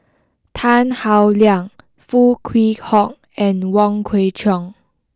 Tan Howe Liang Foo Kwee Horng and Wong Kwei Cheong